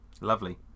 lovely